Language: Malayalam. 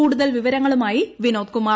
കൂടുതൽ വിവരങ്ങളുമായി വിനോദ് കുമാർ